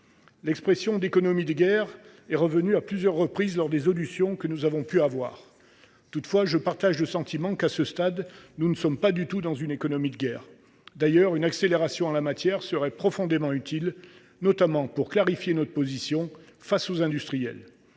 L’expression d’« économie de guerre » est revenue à plusieurs reprises lors des auditions que nous avons menées. Toutefois, je partage le sentiment qu’à ce stade nous ne sommes pas du tout dans une telle économie de guerre. D’ailleurs, une accélération en la matière serait profondément utile, notamment pour clarifier notre position à l’égard des industriels.